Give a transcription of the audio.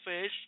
fish